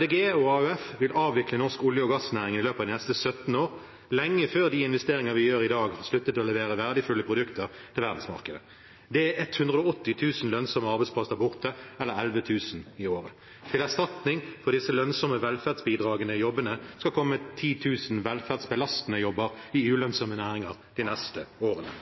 De Grønne og AUF vil avvikle norsk olje- og gassnæring i løpet av de neste 17 år, lenge før de investeringer vi gjør i dag, slutter å levere verdifulle produkter til verdensmarkedet. Det er 180 000 lønnsomme arbeidsplasser borte, eller 11 000 i året. Til erstatning for disse lønnsomme, velferdsbidragende jobbene skal det komme 10 000 velferdsbelastende jobber i ulønnsomme næringer de neste årene.